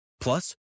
Plus